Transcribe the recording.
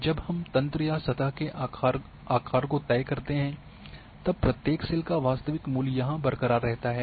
जब हम तंत्र या सतह के आकार को तय करते हैं तब प्रत्येक सेल का वास्तविक मूल्य यहाँ बरकरार रहता है